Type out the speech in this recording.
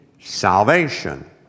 salvation